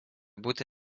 būti